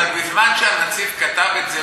אבל בזמן שהנצי"ב כתב את זה,